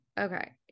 Okay